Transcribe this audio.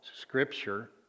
Scripture